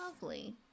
lovely